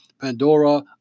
Pandora